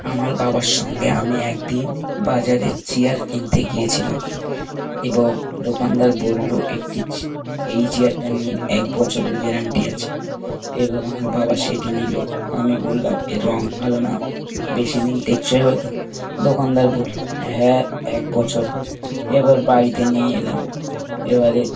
আমার বাবার সঙ্গে আমি একদিন বাজারে চেয়ার কিনতে গিয়েছিলাম এবং দোকানদার বললো একটি এই চেয়ারটা নিয়ে এক বছরের গ্যারান্টি আছে এবার আমার বাবা সেটি নিল আমি বললাম এর রঙ ভালো না বেশি দিন টেকসয় হয়তো দোকানদার বলল হ্যাঁ এক বছর হয় এবার বাড়িতে নিয়ে এলাম এবারে